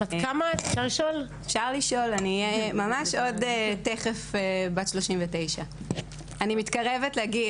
אני אהיה ממש עוד מעט תכף בת 39. אני מתקרבת לגיל,